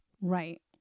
Right